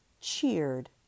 cheered